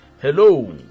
Hello